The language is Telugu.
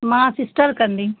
మా సిస్టర్కు అండి